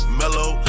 mellow